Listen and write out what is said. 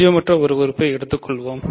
பூஜ்ஜியமற்ற ஒரு உறுப்பை எடுத்துக்கொள்வோம்